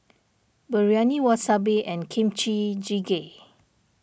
Biryani Wasabi and Kimchi Jjigae